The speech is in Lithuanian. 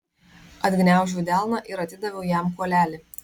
atgniaužiau delną ir atidaviau jam kuolelį